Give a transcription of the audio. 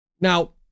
Now